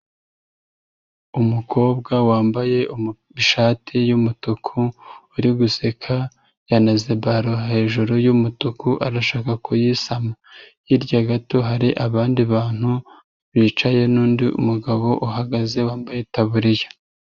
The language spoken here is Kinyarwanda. Umukobwa wambaye ishati y'umutuku, uri guseka, yanaze balo hejuru y'umutuku arashaka kuyisama. Hirya gato hari abandi bantu, bicaye n'undi mugabo uhagaze wambaye itaburiya.